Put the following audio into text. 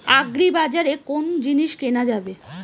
আগ্রিবাজারে কোন জিনিস কেনা যাবে?